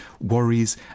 worries